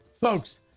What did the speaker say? Folks